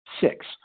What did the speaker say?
Six